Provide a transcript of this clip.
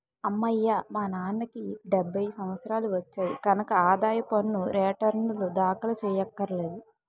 అమ్మయ్యా మా నాన్నకి డెబ్భై సంవత్సరాలు వచ్చాయి కనక ఆదాయ పన్ను రేటర్నులు దాఖలు చెయ్యక్కర్లేదు